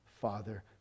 father